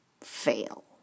fail